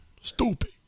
Stupid